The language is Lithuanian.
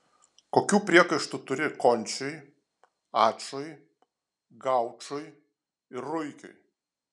kokių priekaištų turi končiui ačui gaučui ir ruikiui